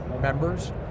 members